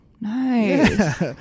Nice